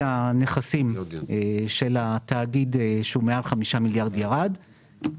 הנכסים של התאגיד שהוא מעל 5 מיליארד ירד,